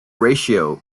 ratio